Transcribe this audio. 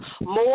more